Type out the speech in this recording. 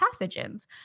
pathogens